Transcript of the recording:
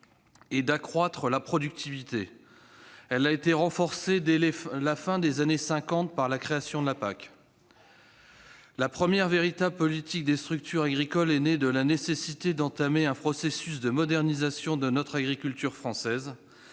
et d'accroître la productivité. Elle a été renforcée dès la fin des années 1950 par la création de la PAC. La première véritable politique des structures agricoles est née de la nécessité d'entamer un processus de modernisation de notre agriculture. Elle